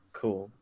cool